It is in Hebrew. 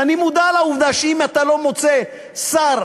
ואני מודע לעובדה שאם אתה לא מוצא שר,